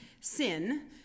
sin